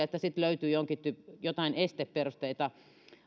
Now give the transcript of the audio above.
että sitten löytyy jotain esteperusteita